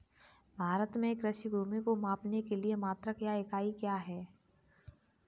भारत में कृषि भूमि को मापने के लिए मात्रक या इकाई क्या है?